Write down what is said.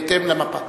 בהתאם למפה.